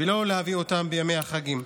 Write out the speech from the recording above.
ולא להביא אותם בימי החגים.